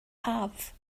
have